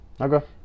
Okay